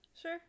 sure